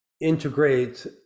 integrate